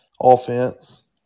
offense